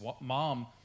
mom